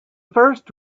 first